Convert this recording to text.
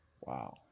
Wow